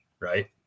right